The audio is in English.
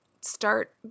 start